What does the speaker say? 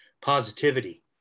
positivity